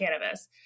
cannabis